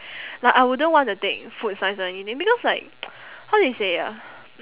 like I wouldn't want to take food science or anything because like how do you say ah